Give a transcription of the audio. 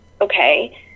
okay